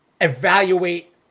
evaluate